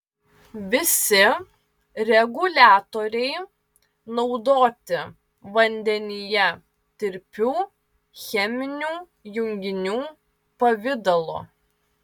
visi reguliatoriai naudoti vandenyje tirpių cheminių junginių pavidalo